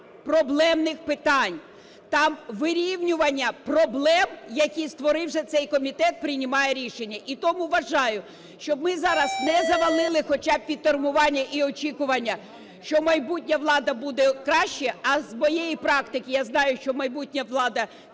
проблемних питань, там вирівнювання проблем, які створив же цей комітет, приймаючи рішення. І тому вважаю, щоб ми зараз не завалили хоча б відтермінування і очікування, що майбутня влада буде краще, а з моєї практики я знаю, що майбутня влада